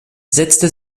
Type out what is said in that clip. setzte